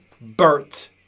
Bert